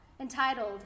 entitled